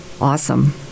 awesome